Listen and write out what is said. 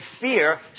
fear